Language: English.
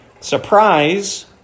Surprise